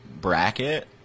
bracket